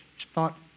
Thought